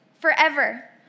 Forever